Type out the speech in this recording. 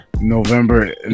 november